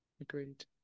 agreed